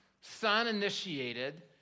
Son-initiated